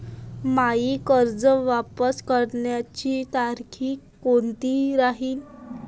मायी कर्ज वापस करण्याची तारखी कोनती राहीन?